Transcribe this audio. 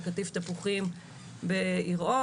לקטיף תפוחים ביראון.